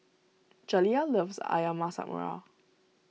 Jaliyah loves Ayam Masak Merah